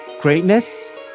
Greatness